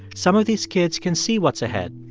some of these kids can see what's ahead.